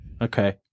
Okay